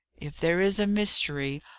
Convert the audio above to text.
if there is a mystery,